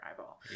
eyeball